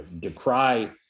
decry